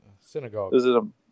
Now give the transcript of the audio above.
synagogue